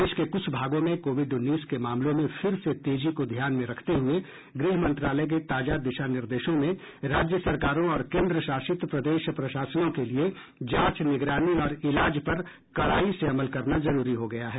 देश के कुछ भागों में कोविड उन्नीस के मामलों में फिर से तेजी को ध्यान में रखते हुए गृह मंत्रालय के ताजा दिशानिर्देशों में राज्य सरकारों और केन्द्रशासित प्रदेश प्रशासनों के लिए जांच निगरानी और इलाज पर कडाई से अमल करना जरूरी हो गया है